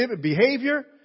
behavior